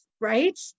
right